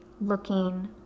looking